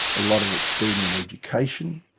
a lot of it's been in education,